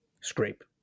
scrape